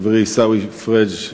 חברי עיסאווי פריג',